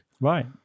right